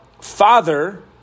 father